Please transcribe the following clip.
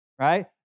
right